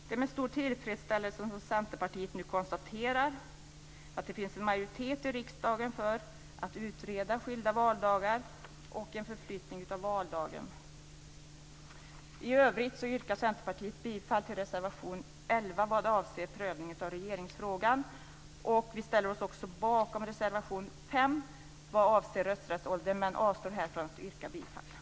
Det är med stor tillfredsställelse som Centerpartiet nu konstaterar att det finns en majoritet i riksdagen för att utreda skilda valdagar och en förflyttning av valdagen. 11 vad avser prövning av regeringsfrågan. Vi ställer oss också bakom reservation 5 vad avser rösträttsålder men avstår här från att yrka bifall.